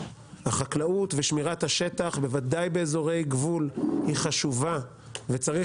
החקלאות ושמירת השטח בוודאי באזורי גבול היא חשובה וצריך